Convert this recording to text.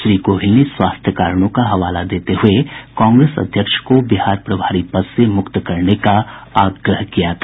श्री गोहिल ने स्वास्थ्य कारणों का हवाला देते हुये कांग्रेस अध्यक्ष को बिहार प्रभारी पद से मुक्त करने का आग्रह किया था